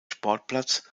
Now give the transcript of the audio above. sportplatz